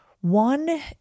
one